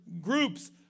groups